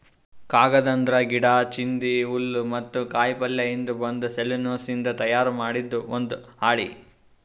ಕಾಗದ್ ಅಂದ್ರ ಗಿಡಾ, ಚಿಂದಿ, ಹುಲ್ಲ್ ಮತ್ತ್ ಕಾಯಿಪಲ್ಯಯಿಂದ್ ಬಂದ್ ಸೆಲ್ಯುಲೋಸ್ನಿಂದ್ ತಯಾರ್ ಮಾಡಿದ್ ಒಂದ್ ಹಾಳಿ